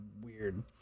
weird